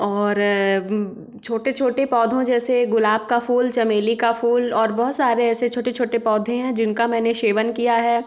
और छोटे छोटे पौधों जैसे गुलाब का फूल चमेली का फूल और बहुत सारे ऐसे छोटे छोटे पौधे हैं जिनका मैंने सेवन किया है